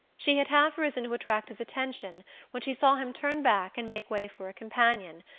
she had half risen to attract his attention when she saw him turn back and make way for a companion,